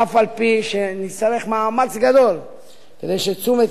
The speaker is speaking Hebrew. אף-על-פי שנצטרך מאמץ גדול כדי שתשומת